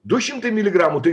du šimtai miligramų tai